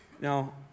Now